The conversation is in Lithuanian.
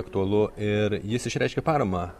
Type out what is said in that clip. aktualu ir jis išreiškė paramą